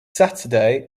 saturday